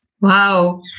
Wow